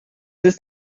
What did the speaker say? ist